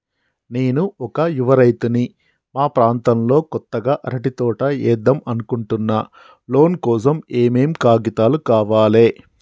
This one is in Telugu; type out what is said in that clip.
నేను ఒక యువ రైతుని మా ప్రాంతంలో కొత్తగా అరటి తోట ఏద్దం అనుకుంటున్నా లోన్ కోసం ఏం ఏం కాగితాలు కావాలే?